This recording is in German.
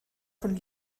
von